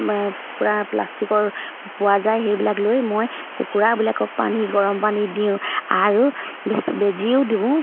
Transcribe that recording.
পূৰা প্লাষ্টিকৰ পোৱা যায় সেইবিলাক লৈ মই কুকুৰাবিলাকক পানী গৰম পানী দিওঁ আৰু ভে বেজীও দিওঁ